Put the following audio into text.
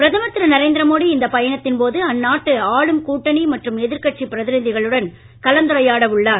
பிரதமர் திரு நரேந்திர மோடி இந்த பயணத்தின் போது அந்நாட்டு ஆளும் கூட்டணி மற்றும் எதிர்கட்சி பிரதிநிதிகளுடன் கலந்துரையாட உள்ளார்